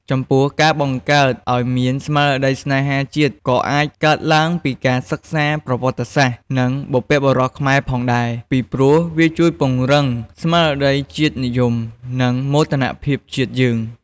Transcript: ចំពោះការបង្កើតឲ្យមានស្មារតីស្នេហាជាតិ ក៏អាចកើតឡើងពីការសិក្សាប្រវត្តិសាស្រ្ត និងបុព្វបុរសខ្មែរផងដែរ ពីព្រោះវាជួយពង្រឹងស្មារតីជាតិនិយម និងមោទនភាពជាតិយើង។